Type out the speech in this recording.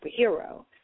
superhero